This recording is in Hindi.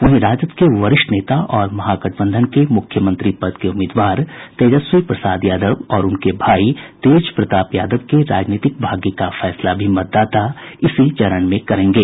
वहीं राजद के वरिष्ठ नेता और महागठबंधन के मुख्यमंत्री पद के उम्मीदवार तेजस्वी प्रसाद यादव और उनके भाई तेज प्रताप यादव के राजनीतिक भाग्य का फैसला भी मतदाता इसी चरण में करेंगे